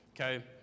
Okay